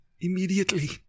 immediately